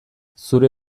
zure